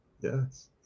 Yes